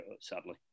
sadly